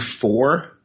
four